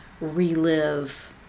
relive